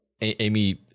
Amy